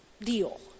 deal